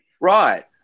Right